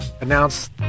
announce